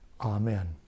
Amen